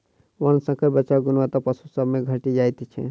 वर्णशंकर बच्चाक गुणवत्ता पशु सभ मे घटि जाइत छै